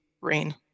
rain